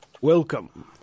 Welcome